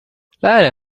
lääne